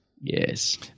yes